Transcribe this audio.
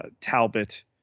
Talbot